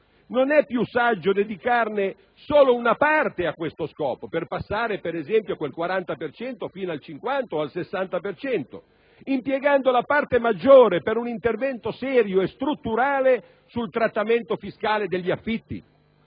non è più saggio dedicarne solo una parte a questo scopo, per passare, per esempio, quel 40 per cento fino al 50 o al 60, impiegando la parte maggiore per un intervento serio e strutturale sul trattamento fiscale degli affitti?